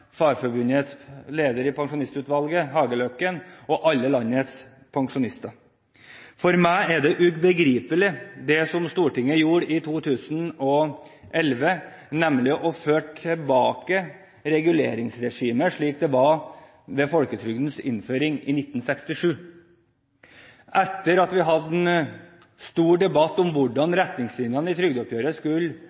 Hageløkken, og alle landets pensjonister. For meg er det ubegripelig det som Stortinget gjorde i 2011, nemlig å føre tilbake reguleringsregimet slik det var ved folketrygdens innføring i 1967. Etter at vi hadde hatt en stor debatt om hvordan retningslinjene i trygdeoppgjøret skulle